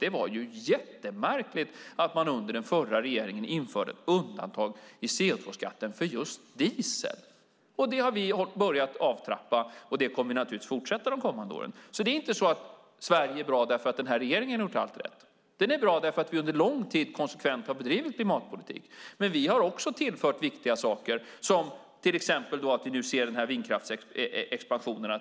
Det var jättemärkligt att man under den förra regeringen införde ett undantag gällande CO2-skatten för just diesel. Det har vi börjat trappa av, och det kommer naturligtvis att fortsätta de kommande åren. Det är inte så att Sverige är bra för att den här regeringen har gjort allt rätt. Sverige är bra för att vi under lång tid konsekvent har bedrivit klimatpolitik. Men den här regeringen har också tillfört viktiga saker som gör att vi till exempel nu ser en vindkraftsexpansion.